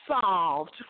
Solved